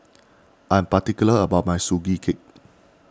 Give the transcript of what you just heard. I'm particular about my Sugee Cake